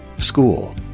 school